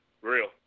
real